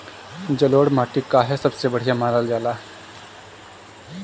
जलोड़ माटी काहे सबसे बढ़िया मानल जाला?